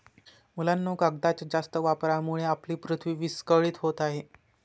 मुलांनो, कागदाच्या जास्त वापरामुळे आपली पृथ्वी विस्कळीत होत आहे